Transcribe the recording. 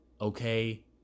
okay